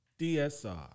DSR